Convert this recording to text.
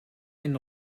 den